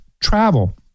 travel